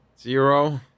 Zero